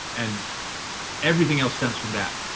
and everything else stems from that.